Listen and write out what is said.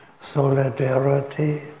solidarity